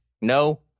No